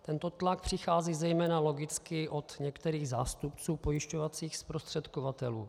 Tento tlak přichází zejména logicky od některých zástupců pojišťovacích zprostředkovatelů.